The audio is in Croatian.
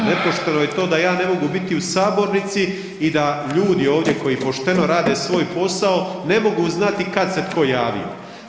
Nepošteno je to da ja ne mogu biti u sabornici i da ljudi ovdje koji pošteno rade svoj posao ne mogu znati kad se tko javio.